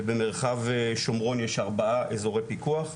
ובמרחב שומרון יש ארבעה אזורי פיקוח.